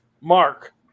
Mark